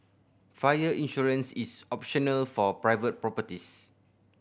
fire insurance is optional for private properties